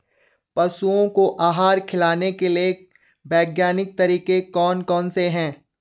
पशुओं को आहार खिलाने के लिए वैज्ञानिक तरीके कौन कौन से हैं?